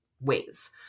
ways